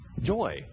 joy